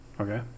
Okay